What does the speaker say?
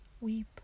weep